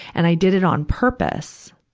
and i did it on purpose.